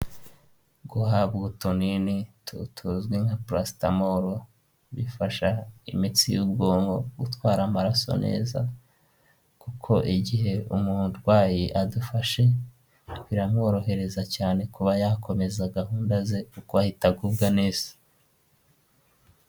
Guhabwa utunini tu tuzwi nka palasitamolo, bifasha imitsi y'ubwonko gutwara amaraso neza, kuko igihe umurwayi adufashe biramworohereza cyane kuba yakomeza gahunda ze kuko ahita agubwa neza.